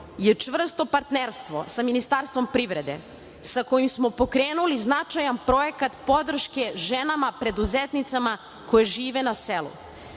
je čvrsto partnerstvo sa Ministarstvom privrede, sa kojim smo pokrenuli značajan projekat podrške ženama preduzetnicama koje žive na selu. Žene